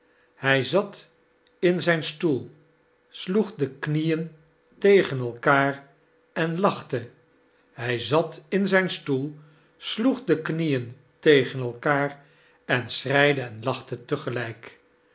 hij zat in zijn stoel sloeg de knieen tegen elkaar en lachte hij zat in zijn stoel sloeg de knieen tegen elkaar en schreide en lachte